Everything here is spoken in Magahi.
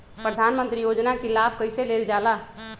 प्रधानमंत्री योजना कि लाभ कइसे लेलजाला?